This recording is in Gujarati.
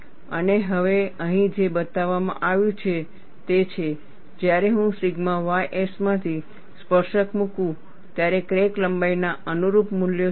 અને હવે અહીં જે બતાવવામાં આવ્યું છે તે છે જ્યારે હું સિગ્મા ys માંથી સ્પર્શક મૂકું ત્યારે ક્રેક લંબાઈના અનુરૂપ મૂલ્યો શું છે